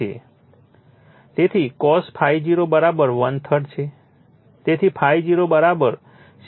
તેથી cos ∅0 one third છે તેથી ∅0 70